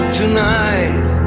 tonight